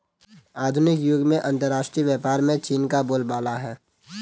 आधुनिक युग में अंतरराष्ट्रीय व्यापार में चीन का बोलबाला है